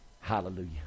Hallelujah